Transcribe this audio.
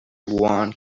one